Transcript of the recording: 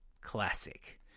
Classic